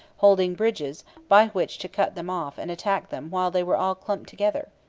holding bridges by which to cut them off and attack them while they were all clumped together.